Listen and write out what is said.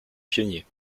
pionnier